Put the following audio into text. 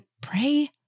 pray